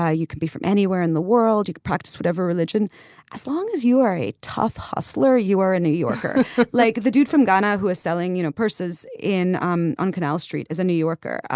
you can be from anywhere in the world you can practice whatever religion as long as you are a tough hustler you are a new yorker like the dude from ghana who is selling you know purses in um on canal street as a new yorker.